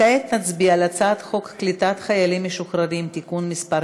כעת נצביע על הצעת חוק קליטת חיילים משוחררים (תיקון מס'